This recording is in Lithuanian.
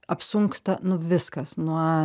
apsunksta nu viskas nuo